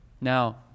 Now